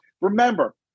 Remember